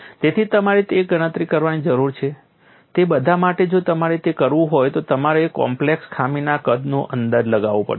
તેથી તમારે જે ગણતરીઓ કરવાની જરૂર છે તે બધા માટે જો તમારે તે કરવું હોય તો તમારે કોમ્પ્લેક્સ ખામીના કદનો અંદાજ લગાવવો પડશે